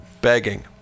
begging